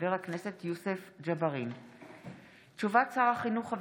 על